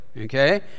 Okay